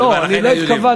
לא לא, אני לא התכוונתי.